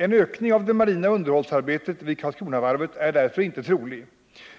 En ökning av det marina underhållsarbetet vid Karlskronavarvet är därför inte trolig.